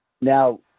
Now